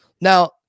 Now